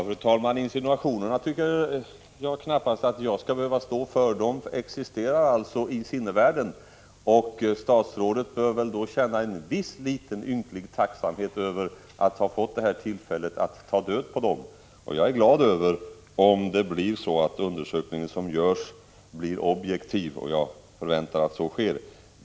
Fru talman! Insinuationerna tycker jag knappast att jag skall behöva stå för. De existerar alltså i sinnevärlden. Statsrådet bör känna en viss liten ynklig tacksamhet över att han har fått det här tillfället att ta död på dem. Jag är glad om undersökningen görs på ett objektivt sätt — och jag förväntar att så sker.